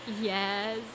Yes